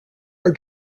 are